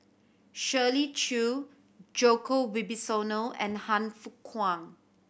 Shirley Chew Djoko Wibisono and Han Fook Kwang